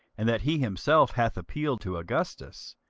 and that he himself hath appealed to augustus,